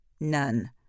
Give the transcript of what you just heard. None